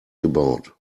gebaut